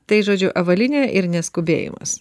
tai žodžiu avalynė ir neskubėjimas